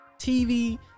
TV